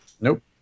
Nope